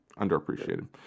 underappreciated